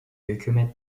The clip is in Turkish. hükümet